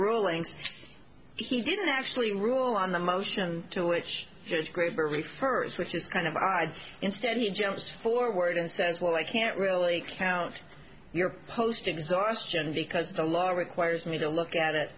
rulings he didn't actually rule on the motion to which judge graver refers which is kind of instead he jumps forward and says well i can't really count your post exhaustion because the law requires me to look at it